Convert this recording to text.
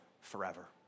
forever